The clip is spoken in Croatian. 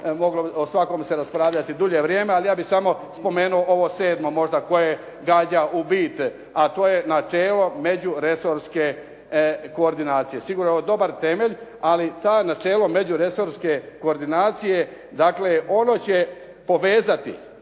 moglo o svakom se raspravljati dulje vrijeme, ali ja bih samo spomenuo ovo sedmo možda koje gađa u bit, a to je načelo međuresorske koordinacije. Sigurno dobar temelj, ali to načelo međuresorske koordinacije dakle ono će povezati